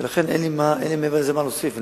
ואין לי מעבר לזה מה להוסיף.